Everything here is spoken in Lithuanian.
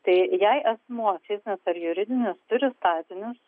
tai jei asmuo fizinis ar juridinius turi statinius